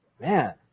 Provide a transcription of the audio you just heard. man